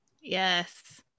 Yes